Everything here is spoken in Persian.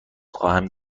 خواهم